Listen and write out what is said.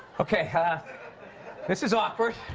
okay. and this is awkward.